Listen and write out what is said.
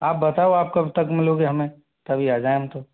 आप बताओ आप कब तक मिलोगे हमें तभी आ जाएं हम तो